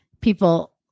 people